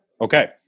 Okay